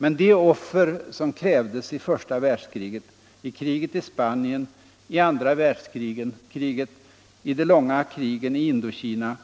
Men de offer som krävdes i första världskriget, i kriget i Spanien, i andra världskriget, i de långa krigen i Indokina